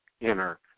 inner